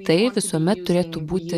tai visuomet turėtų būti